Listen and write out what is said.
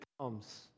comes